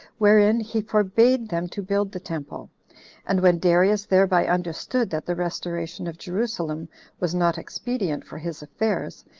wherein he forbade them to build the temple and when darius thereby understood that the restoration of jerusalem was not expedient for his affairs,